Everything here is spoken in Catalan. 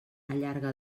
allarga